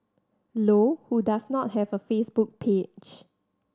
low who does not have a Facebook page